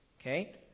Okay